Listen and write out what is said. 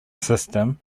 system